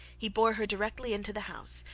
he bore her directly into the house,